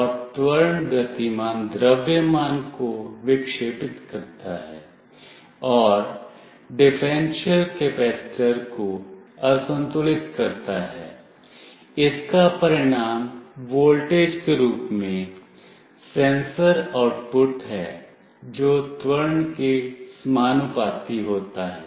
और त्वरण गतिमान द्रव्यमान को विक्षेपित करता है और डिफरेंशियल कैपेसिटर को असंतुलित करता है इसका परिणाम वोल्टेज के रूप में सेंसर आउटपुट है जो त्वरण के समानुपाती होता है